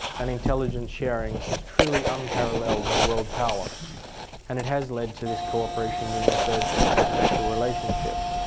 and intelligence sharing is truly unparallelled in world power and it has led to this co-operation being referred to as the special relationship.